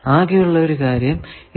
അകെ ഉള്ള ഒരു കാര്യം ഇത്